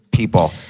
people